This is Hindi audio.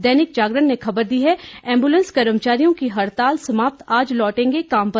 दैनिक जागरण ने खबर दी है एंबुलेंस कर्मचारियों की हड़ताल समाप्त आज लौटेंगे काम पर